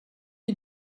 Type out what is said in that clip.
mir